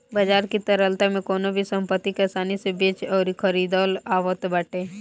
बाजार की तरलता में कवनो भी संपत्ति के आसानी से बेचल अउरी खरीदल आवत बाटे